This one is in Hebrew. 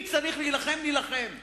אם צריך להילחם, נילחם,